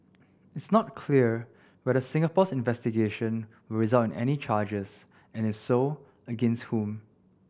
it's not clear whether Singapore's investigation will result in any charges and if so against whom